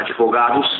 Advogados